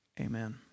Amen